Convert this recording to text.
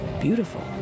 Beautiful